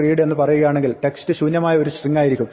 read എന്ന് പറയുകയാണെങ്കിൽ text ശൂന്യമായ ഒരു സ്ട്രിങ്ങായിരിക്കും